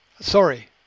Sorry